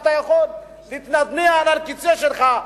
אתה יכול להתנדנד על הכיסא שלך,